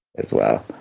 as well.